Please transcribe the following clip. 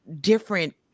different